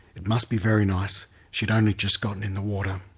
it must be very nice she had only just gotten in the water.